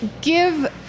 give